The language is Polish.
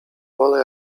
wolę